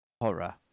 horror